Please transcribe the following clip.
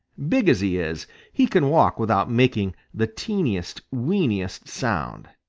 big as he is, he can walk without making the teeniest, weeniest sound.